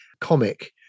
comic